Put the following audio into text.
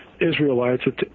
Israelites